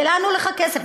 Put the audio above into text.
ולאן הולך הכסף?